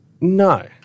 No